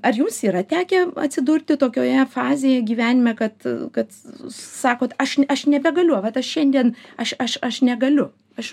ar jums yra tekę atsidurti tokioje fazėje gyvenime kad kad sakot aš aš nebegaliu vat aš šiandien aš aš aš negaliu aš